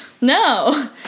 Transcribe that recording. no